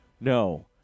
No